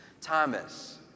Thomas